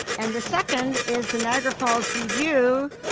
and the second is the niagara falls review,